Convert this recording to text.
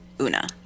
Una